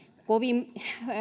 kovin